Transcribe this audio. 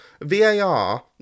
VAR